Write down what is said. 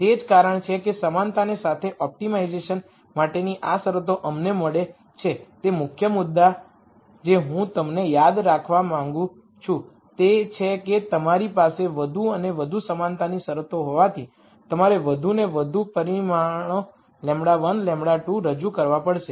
તેથી તે જ કારણ છે કે સમાનતા સાથે ઓપ્ટિમાઇઝેશન માટેની આ શરતો અમને મળે છે તે મુખ્ય મુદ્દા જે હું તમને યાદ રાખવા માંગું છું તે છે કે તમારી પાસે વધુ અને વધુ સમાનતાના શરતો હોવાથી તમારે વધુને વધુ પરિમાણો λ1 λ2 રજૂ કરવા પડશે